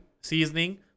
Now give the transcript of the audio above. Seasoning